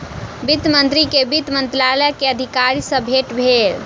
वित्त मंत्री के वित्त मंत्रालय के अधिकारी सॅ भेट भेल